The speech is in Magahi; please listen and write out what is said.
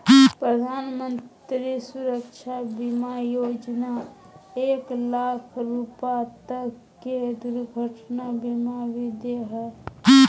प्रधानमंत्री सुरक्षा बीमा योजना एक लाख रुपा तक के दुर्घटना बीमा भी दे हइ